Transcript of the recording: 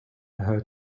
her